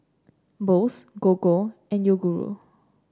Bose Gogo and Yoguru